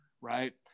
right